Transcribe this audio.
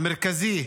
המרכזי,